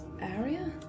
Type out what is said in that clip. area